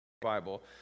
Bible